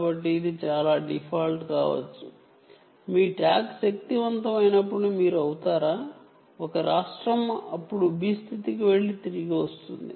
కాబట్టి ట్యాగ్ శక్తివంతం అయినప్పుడు ఒక స్టేట్ కి వచ్చిఅక్కడ కొంత పని చేసి అప్పుడు B స్థితికి తిరిగి వస్తుంది